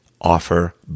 offer